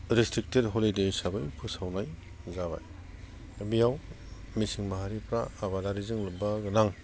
restricted holiday हिसाबै फोसावनाय जाबाय बेयाव मिसिं माहारिफ्रा आबादारिजों लोब्बा गोनां